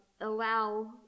allow